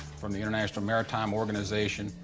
from the international maritime organization,